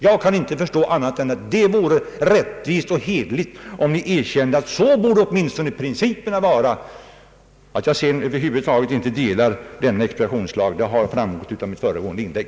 Jag kan inte förstå annat än att det vore rättvist och hederligt, om ni erkände att så borde åtminstone principerna vara. Att jag sedan över huvud taget inte vill acceptera denna expropriationslag, har framgått av mitt föregående inlägg.